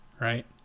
right